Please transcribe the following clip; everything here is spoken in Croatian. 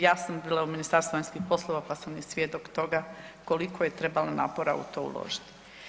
Ja sam bila u Ministarstvu vanjskih poslova pa sam i svjedok toga koliko je trebalo napora u to uložiti.